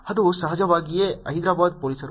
ಅದು ಸಹಜವಾಗಿಯೇ ಹೈದರಾಬಾದ್ ಪೊಲೀಸರು